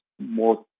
more